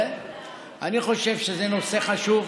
אני חושב שזה נושא חשוב.